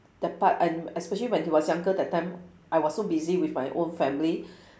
that part and especially when he was younger that time I was so busy with my own family